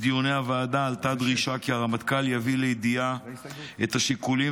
בדיוני הוועדה עלתה דרישה כי הרמטכ"ל יביא לידיעה את השיקולים